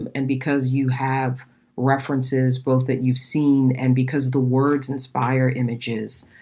and and because you have references both that you've seen and because the words inspire images,